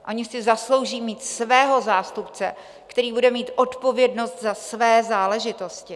Oni si zaslouží mít svého zástupce, který bude mít odpovědnost za své záležitosti.